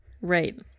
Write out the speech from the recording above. right